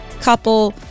couple